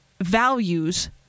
values